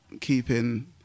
keeping